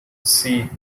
see